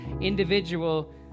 individual